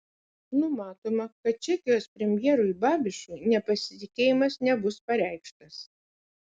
numatoma kad čekijos premjerui babišui nepasitikėjimas nebus pareikštas